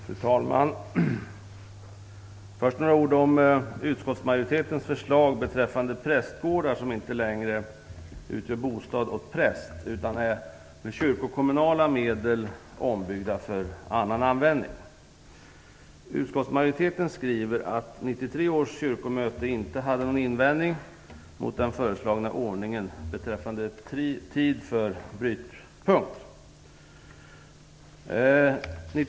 Fru talman! Jag vill först säga några ord om utskottsmajoritetens förslag när det gäller prästgårdar som inte längre är bostad åt präst, utan som med kyrkokommunala medel byggts om för annan användning. Utskottsmajoriteten skriver att 1993 års kyrkomöte inte hade någon invändning mot den föreslagna ordningen beträffande tid för brytpunkt.